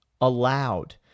allowed